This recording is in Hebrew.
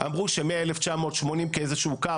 אמרו שמ-1980 כאיזה שהוא קו.